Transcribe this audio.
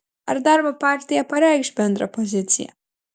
ar darbo partija pareikš bendrą poziciją